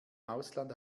ausland